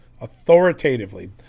authoritatively